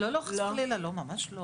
לא, לא, חס וחלילה, ממש לא.